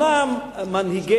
אז אומנם מנהיגנו,